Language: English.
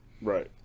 Right